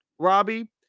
Robbie